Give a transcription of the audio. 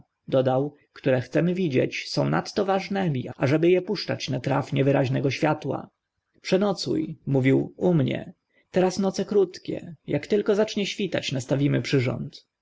dodał które chcemy widzieć są nadto ważnymi aby e puszczać na traf niewyraźnego światła przenocu mówił u mnie teraz noce krótkie ak tylko zacznie świtać nastawimy